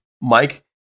Mike